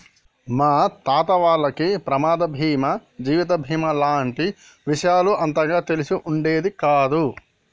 మా తాత వాళ్లకి ప్రమాద బీమా జీవిత బీమా లాంటి విషయాలు అంతగా తెలిసి ఉండేది కాదు